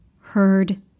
heard